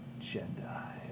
Jedi